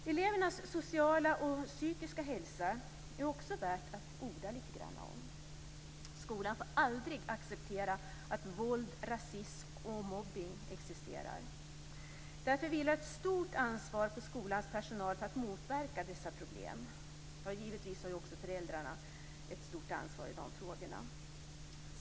Elevernas sociala och psykiska hälsa är det också värt att orda lite grann om. Skolan får aldrig acceptera att våld, rasism och mobbning existerar. Därför vilar ett stort ansvar på skolans personal för att motverka dessa problem. Givetvis har också föräldrar ett stort ansvar i de frågorna.